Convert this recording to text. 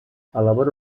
elabora